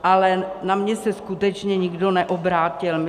Ale na mě se skutečně nikdo neobrátil.